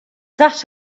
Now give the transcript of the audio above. that